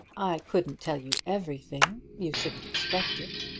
i couldn't tell you everything. you shouldn't expect it.